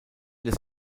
des